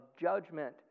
judgment